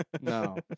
No